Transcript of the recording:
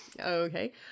Okay